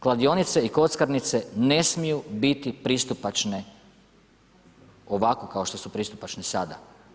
Kladionice i kockarnice ne smiju biti pristupačne, ovako kao što su pristupačne sada.